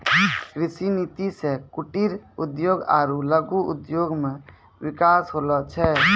कृषि नीति से कुटिर उद्योग आरु लघु उद्योग मे बिकास होलो छै